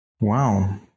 wow